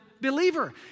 believer